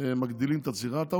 מגדילים את הצריכה.